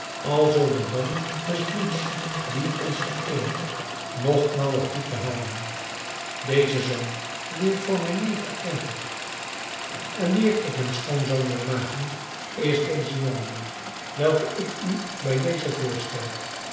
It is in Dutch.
alzoo den band des bloeds die ons vereenigt nog naauwer toe te halen deze zoon dien ik voor mijn neef erkend heb en dien ik tot mijn schoonzoon wil maken is deze jongeling welke ik u bij dezen voorstel